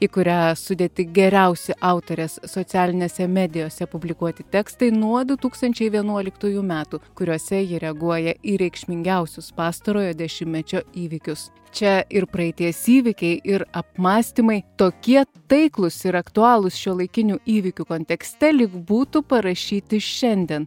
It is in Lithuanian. į kurią sudėti geriausi autorės socialinėse medijose publikuoti tekstai nuo du tūkstančiai vienuoliktųjų metų kuriuose ji reaguoja į reikšmingiausius pastarojo dešimtmečio įvykius čia ir praeities įvykiai ir apmąstymai tokie taiklūs ir aktualūs šiuolaikinių įvykių kontekste lyg būtų parašyti šiandien